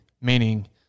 Meaning